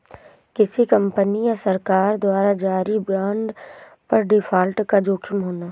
किसी कंपनी या सरकार द्वारा जारी बांड पर डिफ़ॉल्ट का जोखिम होना